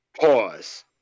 Pause